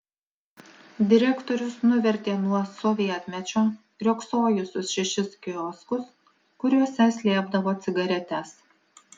direktorius nuvertė nuo sovietmečio riogsojusius šešis kioskus kuriuose slėpdavo cigaretes